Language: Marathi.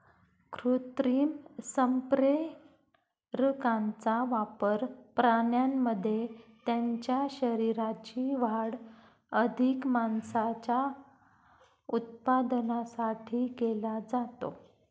कृत्रिम संप्रेरकांचा वापर प्राण्यांमध्ये त्यांच्या शरीराची वाढ अधिक मांसाच्या उत्पादनासाठी केला जातो